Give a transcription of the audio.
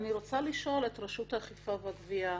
אני רוצה לשאול את רשות האכיפה והגבייה,